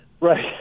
Right